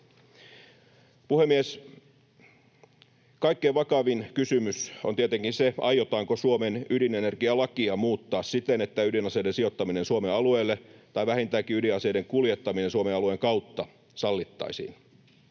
Puhemies! Kaikkein vakavin kysymys on tietenkin se, aiotaanko Suomen ydinenergialakia muuttaa siten, että ydinaseiden sijoittaminen Suomen alueelle tai vähintäänkin ydinaseiden kuljettaminen Suomen alueen kautta sallittaisiin.